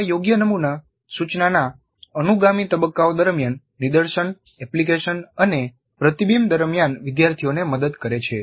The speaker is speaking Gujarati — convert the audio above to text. આવા યોગ્ય નમુના સૂચનાના અનુગામી તબક્કાઓ દરમિયાન નિદર્શન એપ્લિકેશન અને પ્રતિબિંબ દરમિયાન વિદ્યાર્થીઓને મદદ કરે છે